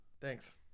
Thanks